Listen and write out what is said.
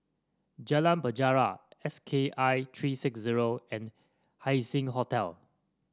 Jalan Penjara S K I three six zero and Haising Hotel